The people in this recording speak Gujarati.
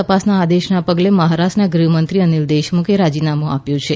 તપાસના આદેશના પગલે મહારાષ્ટ્રના ગૃહમંત્રી અનિલ દેશમુખે રાજીનામું આપ્યું છે